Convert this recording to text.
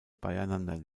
beieinander